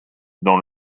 dans